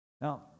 Now